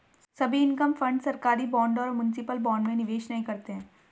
सभी income fund सरकारी bond और म्यूनिसिपल बॉन्ड में निवेश नहीं करते हैं